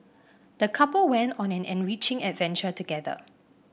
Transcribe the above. the couple went on an enriching adventure together